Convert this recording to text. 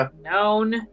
known